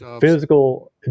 Physical